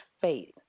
faith